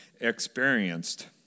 experienced